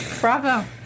Bravo